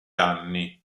anni